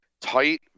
Tight